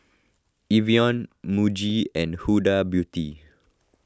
Evian Muji and Huda Beauty